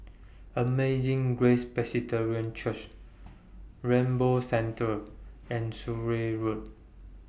Amazing Grace Presbyterian Church Rainbow Centre and Surin Road